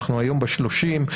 היום אנחנו ב-30.